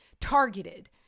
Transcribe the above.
targeted